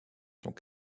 sont